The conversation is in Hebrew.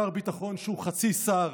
שר ביטחון שהוא חצי שר,